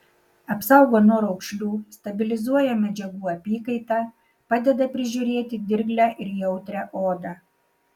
apsaugo nuo raukšlių stabilizuoja medžiagų apykaitą padeda prižiūrėti dirglią ir jautrią odą